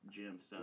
gemstone